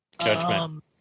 Judgment